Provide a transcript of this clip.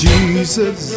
Jesus